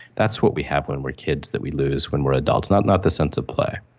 that's what we have when we are kids that we lose when we are adults, not not the sense of play.